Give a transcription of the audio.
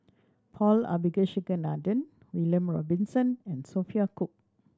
Paul Abisheganaden William Robinson and Sophia Cooke